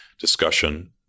discussion